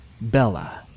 Bella